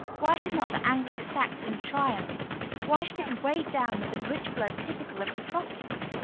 why should not the anglo-saxon triumph why should it be weighed down with the rich blood typical of the tropics?